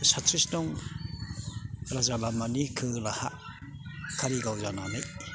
साथ्रिसनं राजा लामानि खोलाहा कारिगाव जानानै